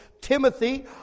Timothy